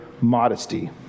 modesty